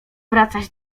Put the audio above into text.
wracać